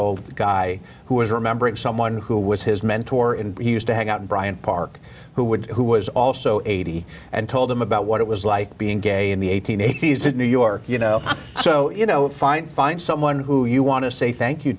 old guy who was remembering someone who was his mentor and he used to hang out in bryant park who would who was also eighty and told him about what it was like being gay in the eight hundred and eighty s in new york you know so you know find find someone who you want to say thank you